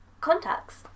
contacts